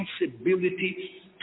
responsibility